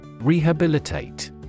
Rehabilitate